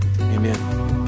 amen